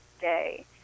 day